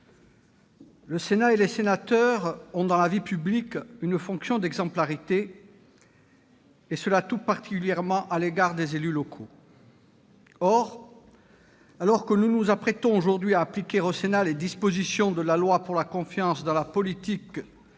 le Sénat et les sénateurs ont, dans la vie publique, une fonction d'exemplarité, tout particulièrement à l'égard des élus locaux. Or, alors que nous nous apprêtons aujourd'hui à appliquer au Sénat les dispositions de la loi du 15 septembre 2017 pour la confiance dans la vie politique,